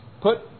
Put